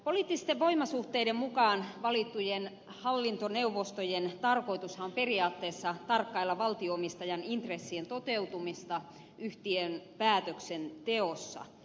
poliittisten voimasuhteiden mukaan valittujen hallintoneuvostojen tarkoitushan on periaatteessa tarkkailla valtio omistajan intressien toteutumista yhtiön päätöksenteossa